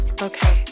Okay